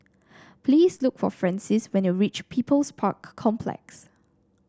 please look for Francis when you reach People's Park Complex